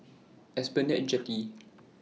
Esplanade Jetty